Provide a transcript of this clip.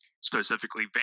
specifically